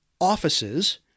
offices